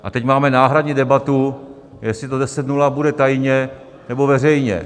A teď máme náhradní debatu, jestli to 10 : 0 bude tajně, nebo veřejně.